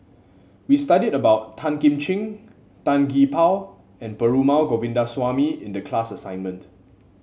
we studied about Tan Kim Ching Tan Gee Paw and Perumal Govindaswamy in the class assignment